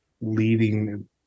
leading